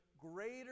greater